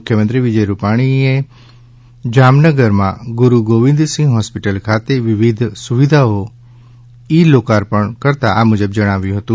મુખ્યમંત્રી વિજય રૂપાણીએ જામનગરમાં ગુરૂ ગોવિંદસિંહ હોસ્પિટલ ખાતે વિવિધ સુવિધાઓં ઈ લોકાર્પણ કરતા આ મુજબ જણાવ્યું હતું